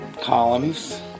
columns